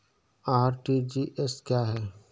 RTGS क्या है?